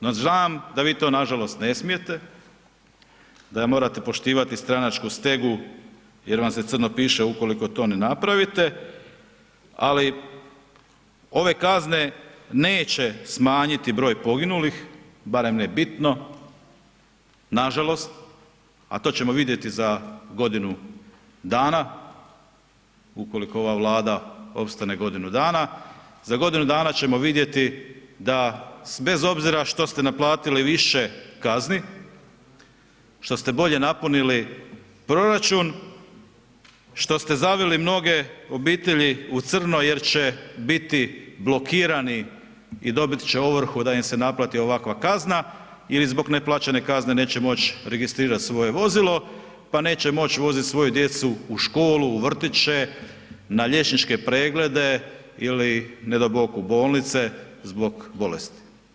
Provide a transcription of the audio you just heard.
No znam da vi to nažalost ne smijete, da morate poštivati stranačku stegu jer vam se crno piše ukoliko to ne napravite, ali ova kazne neće smanjiti broj poginulih, barem ne bitno nažalost, a to ćemo vidjeti za godinu dana ukoliko ova Vlada opstane godinu dana, za godinu dana ćemo vidjeti da bez obzira što ste naplatili više kazni, što ste bolje napunili proračun, što ste zavili mnoge obitelji u crno jer će biti blokirani i dobit će ovrhu da im se naplati ovakva kazna ili zbog neplaćene kazne neće moć registrirat svoje vozilo, pa neće moć vozit svoju djecu u školu, u vrtiće, na liječničke preglede ili nedo Bog u bolnice zbog bolesti.